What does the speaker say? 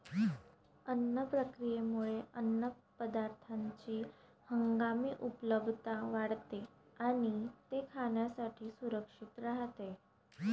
अन्न प्रक्रियेमुळे अन्नपदार्थांची हंगामी उपलब्धता वाढते आणि ते खाण्यासाठी सुरक्षित राहते